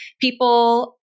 people